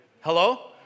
Hello